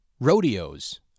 Rodeos